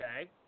okay